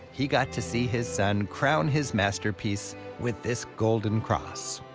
he got to see his son crown his masterpiece with this golden cross.